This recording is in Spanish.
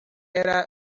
era